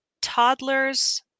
toddlers